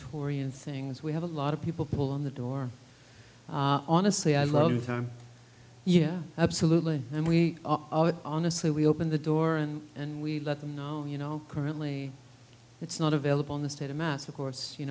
tory and things we have a lot of people people on the door honestly i love time yeah absolutely and we honestly we open the door and and we let them know you know currently it's not available in the state of mass of course you